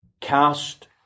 Cast